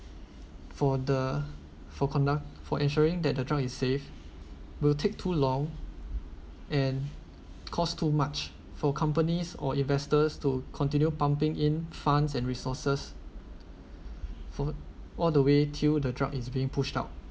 for the for conduct for ensuring that the drug is safe will take too long and cost too much for companies or investors to continue pumping in funds and resources f~ all the way till the drug is being pushed out